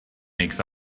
makes